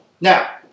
Now